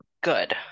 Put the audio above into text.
Good